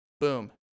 Boom